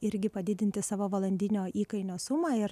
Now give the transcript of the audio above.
irgi padidinti savo valandinio įkainio sumą ir